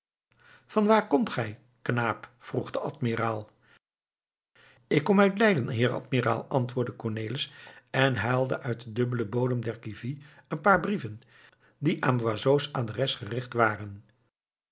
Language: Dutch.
vanwaar komt gij knaap vroeg de admiraal ik kom uit leiden heer admiraal antwoordde cornelis en haalde uit den dubbelen bodem der kevie een paar brieven die aan van boisot's adres gericht waren